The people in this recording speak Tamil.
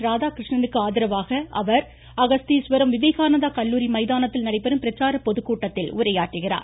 ராதாகிருஷ்ணனுக்கு ஆதரவாக அவர் அகஸ்தீஸ்வரம் விவேகானந்தா கல்லூரி மைதானத்தில் நடைபெறும் பிரச்சார பொதுக்கூட்டத்தில் உரையாற்றுகிறார்